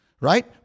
right